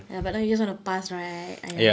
but you just want to pass right !aiya!